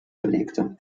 belegte